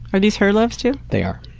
are these her loves too? they are.